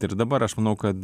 tai ir dabar aš manau kad